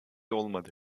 olmadı